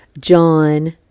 John